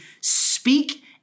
speak